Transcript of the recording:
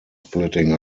splitting